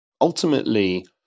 ultimately